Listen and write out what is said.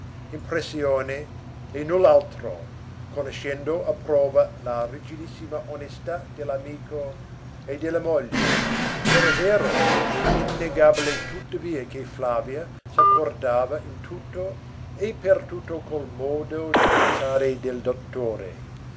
impressione e null'altro conoscendo a prova la rigidissima onestà dell'amico e della moglie era vero e innegabile tuttavia che flavia s'accordava in tutto e per tutto col modo di pensare del dottore